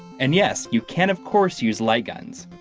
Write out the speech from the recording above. and yes, you can of course use light guns,